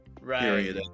right